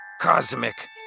Cosmic